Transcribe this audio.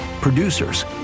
producers